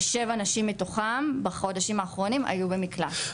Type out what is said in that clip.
ושבע נשים מתוכן בחודשים האחרונים היו במקלט,